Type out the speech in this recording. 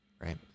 right